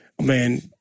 Man